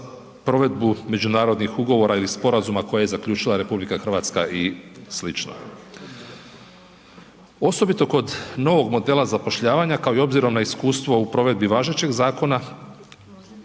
provedbu međunarodnih ugovora ili sporazuma koja je zaključila RH i sl. Osobito kod novog modela zapošljavanja, kao i obzirom na iskustvo u provedbi važećeg zakona,